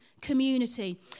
community